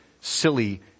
silly